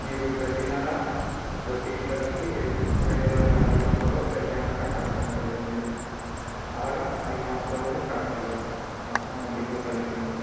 మీరు ప్రతి నెల వడ్డీ కలిపి రెండువేల ఐదు వందలు లోపు ప్రతి నెల కట్టాల్సి ఉంటుంది అండి అలాగ ఐదు సంవత్సరాలు కట్టాలి మొత్తం వడ్డీతో కలిపి అండి